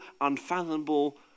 unfathomable